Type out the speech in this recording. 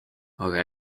aga